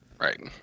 Right